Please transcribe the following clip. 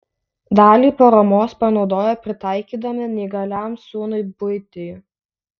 dalį paramos panaudojo pritaikydami neįgaliam sūnui buitį